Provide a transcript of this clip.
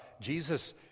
Jesus